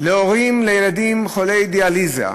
להורים לילדים חולי דיאליזה,